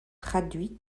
traduits